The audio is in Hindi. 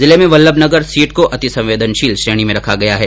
जिले में वल्लभनगर सीट को अतिसंवेदनशील श्रेणी में रखा गया है